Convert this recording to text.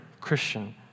Christian